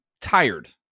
tired